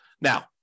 Now